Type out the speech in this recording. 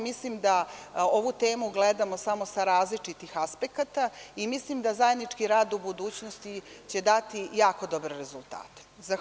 Mislim da ovu temu gledamo samo sa različitih aspekata i mislim da zajednički rad u budućnosti će dati jako dobre rezultate.